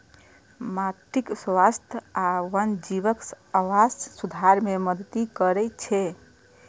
माटिक स्वास्थ्य आ वन्यजीवक आवास सुधार मे मदति करै छै